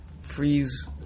freeze